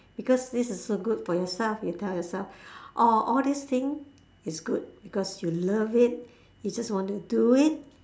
because this is so good for yourself you tell yourself orh all this thing is good because you love it you just want to do it